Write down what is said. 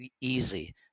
easy